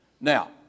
Now